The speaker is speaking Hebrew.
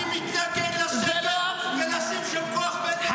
אני מתנגד לשבת ולהשאיר שם כוח --- כן.